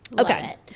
okay